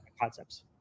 concepts